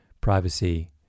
privacy